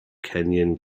kenyon